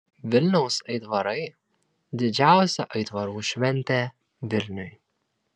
vilniaus aitvarai didžiausia aitvarų šventė vilniui